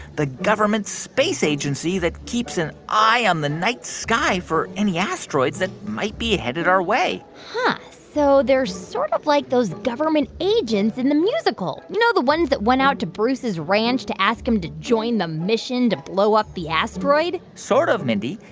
the government space agency, that keeps an eye on the night sky for any asteroids that might be headed our way huh. so they're sort of like those government agents in the musical, you know, the ones that went out to bruce's ranch to ask him to join the mission to blow up the asteroid sort of, mindy.